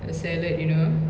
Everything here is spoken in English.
the salad you know